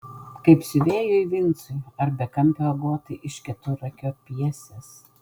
kaip siuvėjui vincui ar bekampio agotai iš keturakio pjesės